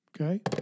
Okay